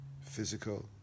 physical